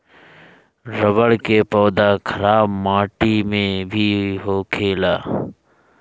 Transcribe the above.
रबड़ के पौधा खराब माटी में भी होखेला